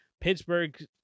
Pittsburgh